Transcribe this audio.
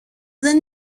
δεν